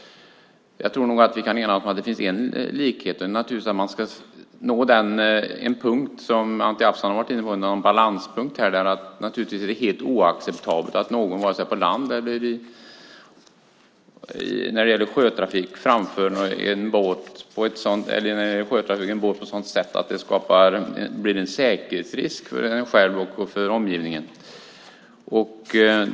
Jag tror att vi kan enas om att det finns en likhet, och det är naturligtvis att man ska nå en balanspunkt, som Anti Avsan har varit inne på, nämligen att det är helt oacceptabelt att någon vare sig i trafik på land eller till sjöss framför ett fordon eller en båt på ett sådant sätt att det innebär en säkerhetsrisk för en själv och för omgivningen.